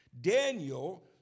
Daniel